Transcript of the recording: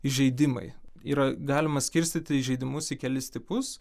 įžeidimai yra galima skirstyti įžeidimus į kelis tipus